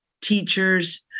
teachers